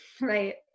right